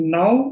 now